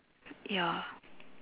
ya